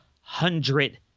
hundred